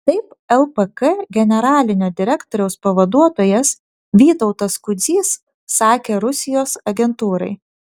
taip lpk generalinio direktoriaus pavaduotojas vytautas kudzys sakė rusijos agentūrai